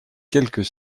quelques